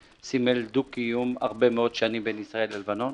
שסימל דו-קיום במשך שנים רבות מאוד בין ישראל ובין לבנון.